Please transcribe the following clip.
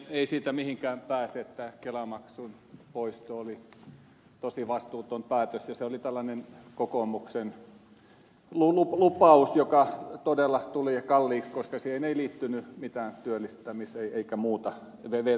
ei siitä mihinkään pääse että kelamaksun poisto oli tosi vastuuton päätös ja se oli tällainen kokoomuksen lupaus joka todella tuli kalliiksi koska siihen ei liittynyt mitään työllistämis eikä muuta velvoitetta